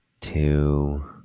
two